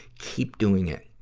keep doing it.